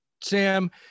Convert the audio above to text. sam